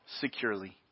securely